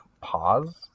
pause